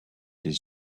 his